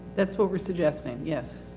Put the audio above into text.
that's what we're suggesting, yes.